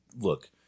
look